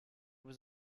was